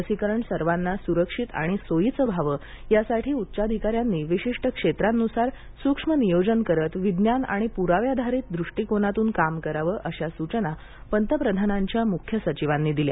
लसीकरण सर्वांना सुरक्षित आणि सोयीचं व्हावं यासाठी उच्चाधिकाऱ्यांनी विशिष्ट क्षेत्रांनुसार सूक्ष्म नियोजन करत विज्ञान आणि पुराव्याधारीत दृष्टीकोनातून काम करावं अशा सूचना पंतप्रधानांच्या मुख्य सचिवांनी दिल्या